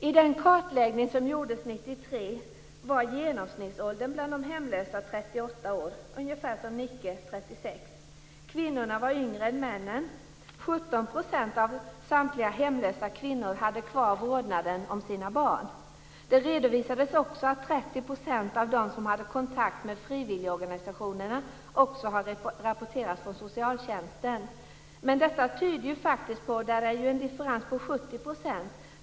I den kartläggning som gjordes 1993 var genomsnittsåldern bland de hemlösa 38 år, ungefär som av samtliga hemlösa kvinnor hade kvar vårdnaden om sina barn. Det redovisades också att 30 % av dem som hade kontakt med frivilligorganisationerna också hade rapporterats från socialtjänsten. Men det är ju en differens på 70 %.